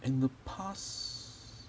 in the past